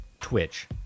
Twitch